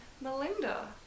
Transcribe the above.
Melinda